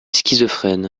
schizophrène